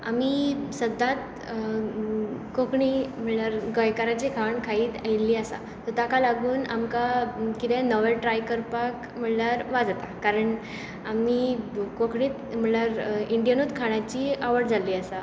आमी सदांच कोंकणी म्हणल्यार गोंयकाराचें खाण खायच आयिल्लीं आसा सो ताका लागून आमकां कितें नवें ट्राय करपाक म्हणल्यार वाज येता कारण आमी कोंकणीच म्हणल्यार इंडियनूच खाणाची आवड जाल्ली आसा